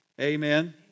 amen